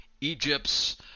Egypt's